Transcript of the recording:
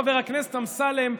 חבר הכנסת אמסלם,